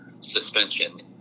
suspension